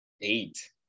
Eight